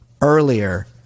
earlier